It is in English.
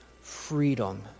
freedom